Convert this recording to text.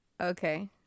Okay